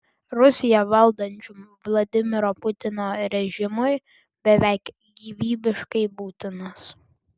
rusiją valdančiam vladimiro putino režimui beveik gyvybiškai būtinas